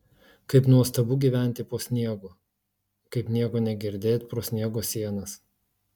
kaip nuostabu gyventi po sniegu kaip nieko negirdėt pro sniego sienas